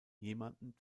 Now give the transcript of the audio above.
jemanden